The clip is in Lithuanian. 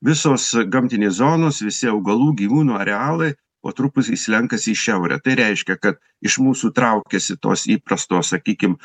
visos gamtinės zonos visi augalų gyvūnų arealai po truputį slenkas į šiaurę tai reiškia kad iš mūsų traukiasi tos įprastos sakykim